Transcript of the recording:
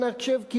אנא הקשב,